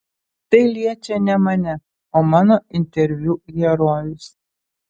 tai liečia ne mane o mano interviu herojus